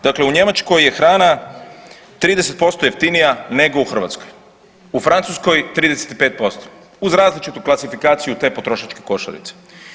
Dakle u Njemačkoj je hrana 30% jeftinija nego u Hrvatskoj, u Francuskoj 35% uz različitu klasifikaciju te potrošačke košarice.